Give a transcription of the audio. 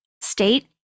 State